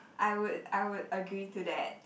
I would I would agree to that